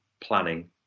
planning